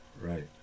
right